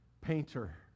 painter